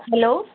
hello